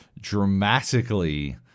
dramatically